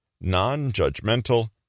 non-judgmental